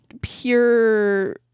pure